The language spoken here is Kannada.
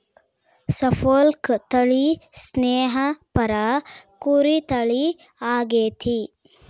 ಸಪೋಲ್ಕ್ ತಳಿ ಸ್ನೇಹಪರ ಕುರಿ ತಳಿ ಆಗೆತೆ